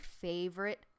favorite